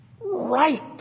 right